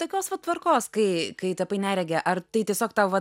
tokios va tvarkos kai kai tapai nerege ar tai tiesiog tau va